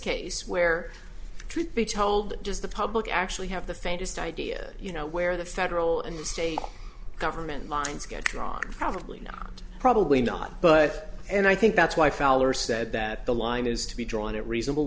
case where truth be told does the public actually have the faintest idea you know where the federal and state government lines get drawn probably not probably not but and i think that's why fowler said that the line is to be drawn at reasonable